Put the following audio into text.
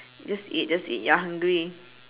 just eat just eat you're hungry